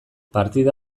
partida